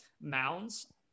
mounds